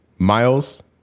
Miles